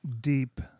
deep